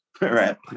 right